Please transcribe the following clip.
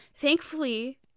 Thankfully